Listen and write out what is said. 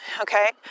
Okay